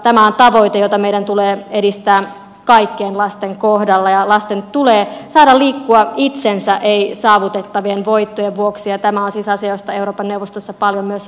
tämä on tavoite jota meidän tulee edistää kaikkien lasten kohdalla ja lasten tulee saada liikkua itsensä ei saavutettavien voittojen vuoksi että maan sisäasioista euroopan neuvostossa paljon myös